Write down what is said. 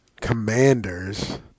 Commanders